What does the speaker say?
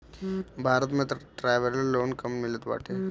भारत में तअ traveller loan कम मिलत बाटे